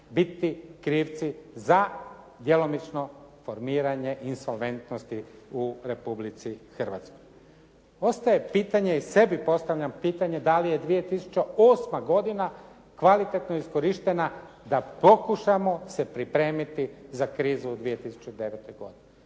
biti krivci za djelomično formiranje insolventnosti u Republici Hrvatskoj. Ostaje pitanje i sebi postavljam pitanje da li je 2008. godina kvalitetno iskorištena da pokušamo se pripremiti za krizu u 2009. godini?